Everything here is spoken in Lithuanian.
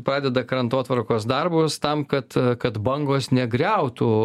padeda krantotvarkos darbus tam kad kad bangos negriautų